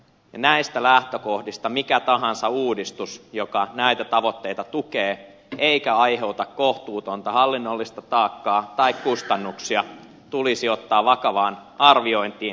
näistä lähtökohdista mikä tahansa uudistus joka näitä tavoitteita tukee eikä aiheuta kohtuutonta hallinnollista taakkaa tai kustannuksia tulisi ottaa vakavaan arviointiin